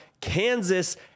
Kansas